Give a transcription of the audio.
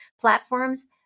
platforms